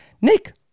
nick